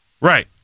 Right